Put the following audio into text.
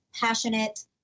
Passionate